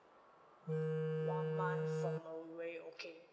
one month from away okay